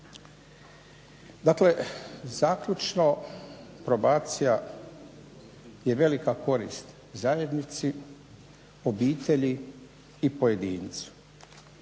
Dakle, zaključno probacija je velika korist zajednici, obitelji i pojedincu.